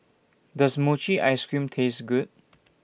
Does Mochi Ice Cream Taste Good